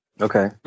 Okay